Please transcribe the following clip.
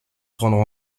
prendre